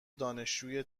دانشجوی